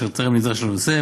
אשר טרם נדרש לנושא,